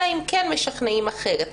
אלא אם כן משכנעים אחרת.